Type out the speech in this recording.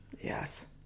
Yes